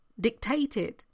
dictated